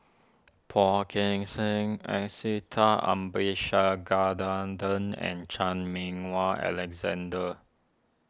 Phua Kin Siang Abisheganaden and Chan Meng Wah Alexander